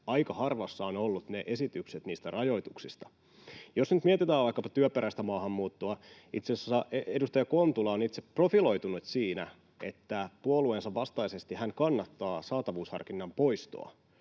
aika harvassa ovat olleet ne esitykset niistä rajoituksista. Jos nyt mietitään vaikkapa työperäistä maahanmuuttoa, niin itse asiassa edustaja Kontula on itse profiloitunut siinä, että puolueensa vastaisesti hän kannattaa saatavuusharkinnan poistoa,